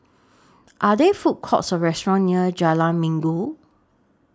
Are There Food Courts Or restaurants near Jalan Minggu